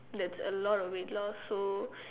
that's a lot of weight loss so